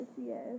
yes